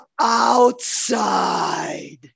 outside